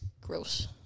Gross